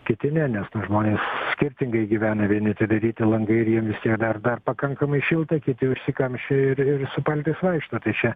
kiti ne nes na žmonės skirtingai gyvena vieni atidaryti langai ir jiem vis tiek dar dar pakankamai šilta kiti užsikamšę ir ir su paltais vaikšto tai čia